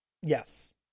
yes